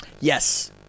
Yes